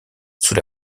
sous